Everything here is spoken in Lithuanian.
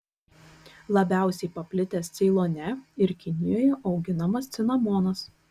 labiausiai paplitęs ceilone ir kinijoje auginamas cinamonas